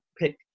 pick